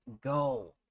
go